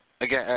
again